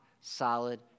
solid